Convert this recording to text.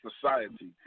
society